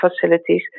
facilities